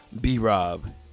B-Rob